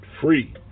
free